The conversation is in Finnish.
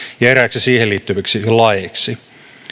ja eräiksi siihen liittyviksi laeiksi